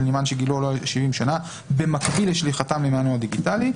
נמען שגילו לא עולה על 70 שנה במקביל לשליחתם למענו הדיגיטלי,